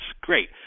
great